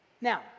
now